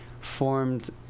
formed